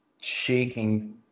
shaking